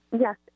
Yes